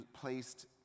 placed